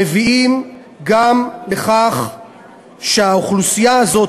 מביאים גם לכך שהאוכלוסייה הזאת,